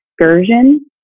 excursion